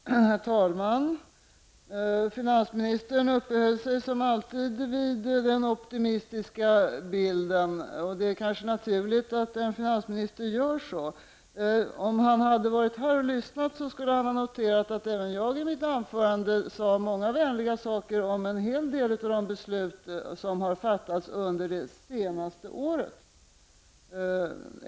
Herr talman! Finansministern uppehöll sig som alltid vid den optimistiska bilden. Det är kanske naturligt att en finansminister gör så. Om han hade varit här och lyssnat skulle han ha noterat att även jag i mitt anförande sade många vänliga saker om en hel del av de beslut som har fattats under det senaste året.